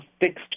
fixed